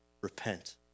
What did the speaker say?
repent